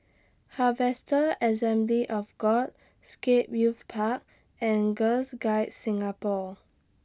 Harvester Assembly of God Scape Youth Park and Girls Guides Singapore